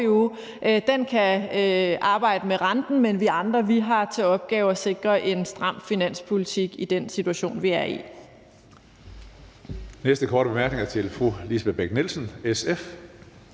Den kan arbejde med renten, men vi andre har til opgave at sikre en stram finanspolitik i den situation, vi er i.